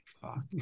fuck